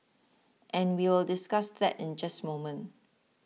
and we'll discuss that in just moment